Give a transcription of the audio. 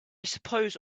suppose